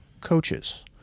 coaches